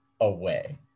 away